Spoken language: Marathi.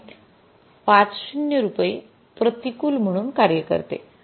५० रुपये प्रतिकूल म्हणून कार्य करते